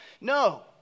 No